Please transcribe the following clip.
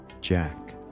Jack